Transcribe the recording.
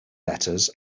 letters